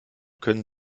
können